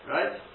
Right